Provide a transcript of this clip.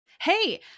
Hey